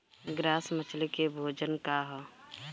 Grass मछली के भोजन का ह?